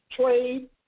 trade